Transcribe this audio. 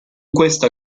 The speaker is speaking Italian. questa